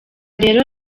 rero